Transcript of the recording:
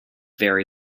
very